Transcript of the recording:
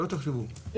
שלא תחשבו,